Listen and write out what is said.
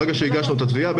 ברגע שהגשנו את התביעה,